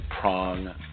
prong